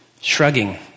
shrugging